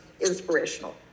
inspirational